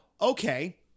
Okay